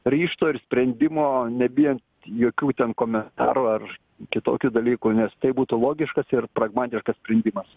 ryžto ir sprendimo nebijant jokių ten komentarų ar kitokių dalykų nes tai būtų logiškas ir pragmatiškas sprendimas